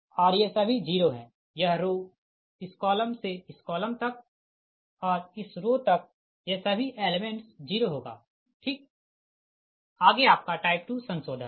और ये सभी 0 है यह रो इस कॉलम से इस कॉलम तक और इस रो तक ये सभी एलेमेंट्स 0 होगा ठीक आगे आपका टाइप 2 संशोधन है